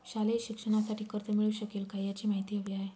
शालेय शिक्षणासाठी कर्ज मिळू शकेल काय? याची माहिती हवी आहे